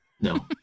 No